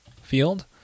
field